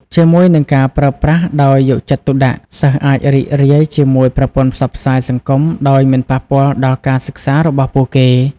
ជាមួយនឹងការប្រើប្រាស់ដោយយកចិត្តទុកដាក់ សិស្សអាចរីករាយជាមួយប្រព័ន្ធផ្សព្វផ្សាយសង្គមដោយមិនប៉ះពាល់ដល់ការសិក្សារបស់ពួកគេ។